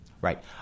Right